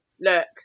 look